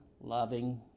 loving